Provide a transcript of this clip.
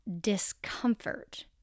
discomfort